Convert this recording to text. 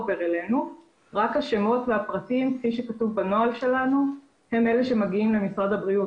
רק השמות והפרטים כפי שכתובים בנוהל שלנו הם אלה שמגיעים למשרד הבריאות.